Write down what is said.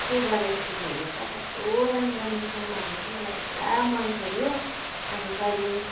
तँ गएर एकपल्ट हेर त कस्तो राम्रो राम्रो सामानहरू छ मलाई त पुरा मनपऱ्यो अन्त तैँले